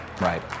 Right